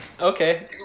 Okay